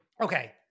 Okay